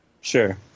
Sure